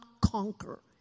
conquer